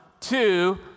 two